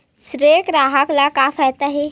से ग्राहक ला का फ़ायदा हे?